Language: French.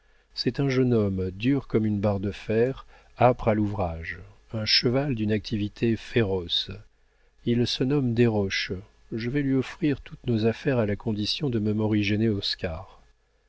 c'est un jeune homme dur comme une barre de fer âpre à l'ouvrage un cheval d'une activité féroce il se nomme desroches je vais lui offrir toutes nos affaires à la condition de me morigéner